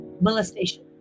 molestation